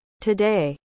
Today